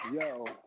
Yo